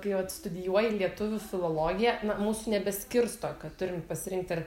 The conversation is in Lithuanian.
kai vat studijuoji lietuvių filologiją na musų nebeskirsto kad turim pasirinkt ar